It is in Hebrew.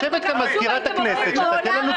יושבת כאן מזכירת הכנסת, שתיתן לנו תשובה.